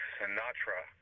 sinatra